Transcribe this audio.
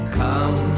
come